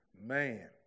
man